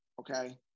okay